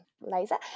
laser